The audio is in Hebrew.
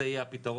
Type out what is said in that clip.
זה יהיה הפתרון.